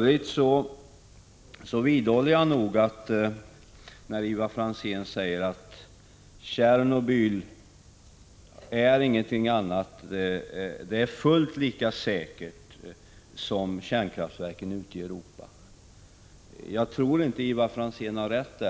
Vad gäller det som Ivar Franzén säger om att Tjernobyls säkerhet är fullt jämförbar med kärnkraftverkens ute i Europa tror jag inte att Ivar Franzén har rätt.